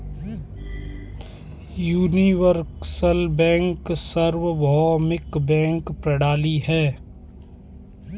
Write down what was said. universal bank सार्वभौमिक bank प्रणाली है